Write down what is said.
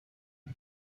است